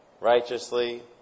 righteously